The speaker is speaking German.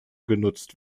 genutzt